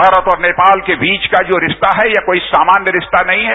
भारत और नेपाल के बीच का जो रिश्ता है ये कोई सामान्य रिश्ता नहीं है